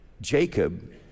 Jacob